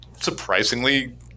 surprisingly